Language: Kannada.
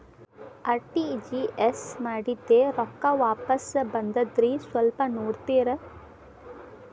ಆರ್.ಟಿ.ಜಿ.ಎಸ್ ಮಾಡಿದ್ದೆ ರೊಕ್ಕ ವಾಪಸ್ ಬಂದದ್ರಿ ಸ್ವಲ್ಪ ನೋಡ್ತೇರ?